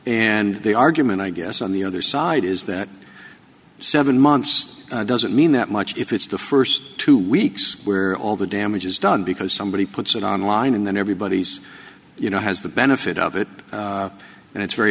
and the argument i guess on the other side is that seven months doesn't mean that much if it's the first two weeks where all the damage is done because somebody puts it online and then everybody's you know has the benefit of it and it's very